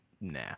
nah